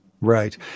Right